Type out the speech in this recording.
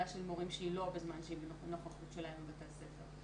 של מורים שהיא לא בזמן נוכחות שלהם בבתי הספר.